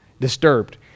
Disturbed